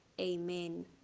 Amen